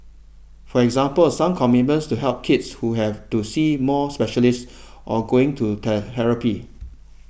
for example some commitment to help the kids who have to see more specialists or going to therapy